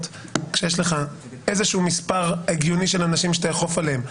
כשיש לך איזה שהוא מספר הגיוני של אנשים שתאכוף עליהם.